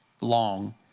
long